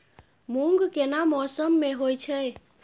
मूंग केना मौसम में होय छै?